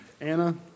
Anna